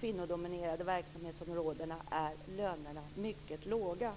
kvinnodominerade verksamhetsområdena är lönerna mycket låga.